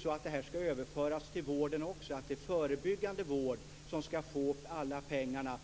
Skall det överföras till vården att det är förebyggande vård som skall få alla pengar,